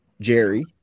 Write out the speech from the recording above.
Jerry